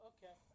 Okay